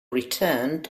returned